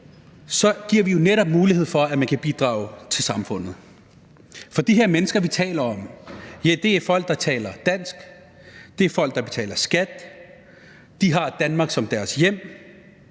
giver vi jo netop mulighed for, at man kan bidrage til samfundet. De mennesker, som vi her taler om, er folk, der taler dansk, det er folk, der betaler skat, og de har Danmark som deres hjem,